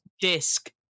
disc